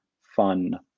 fun